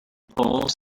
polls